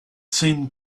seen